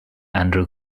andrew